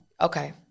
Okay